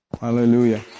Hallelujah